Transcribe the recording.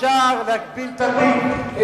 אפשר להגביל את הפיקוח,